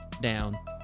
down